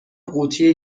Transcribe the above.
قوطی